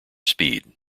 speed